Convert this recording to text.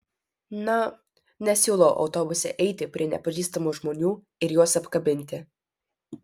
na nesiūlau autobuse eiti prie nepažįstamų žmonių ir juos apkabinti